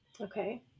Okay